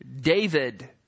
David